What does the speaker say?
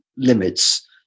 limits